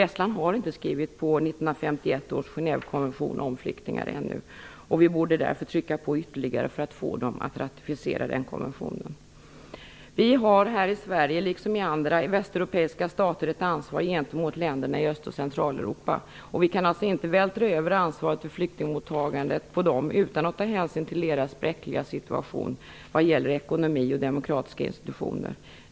Estland har inte skrivit på 1951 års Genèvekonvention om flyktingar ännu. Vi borde därför trycka på ytterligare för att få Estland att ratificera konventionen. Vi har här i Sverige liksom i andra västeuropeiska stater ett ansvar gentemot länderna i Öst och Centraleuropa. Vi kan alltså inte vältra över ansvaret för flyktingmottagandet på dem utan att ta hänsyn till deras bräckliga situation vad gäller ekonomi och demokratiska institutioner.